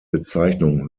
bezeichnung